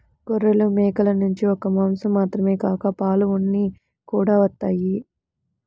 గొర్రెలు, మేకల నుంచి ఒక్క మాసం మాత్రమే కాక పాలు, ఉన్ని కూడా వత్తయ్